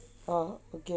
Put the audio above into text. oh okay